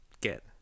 get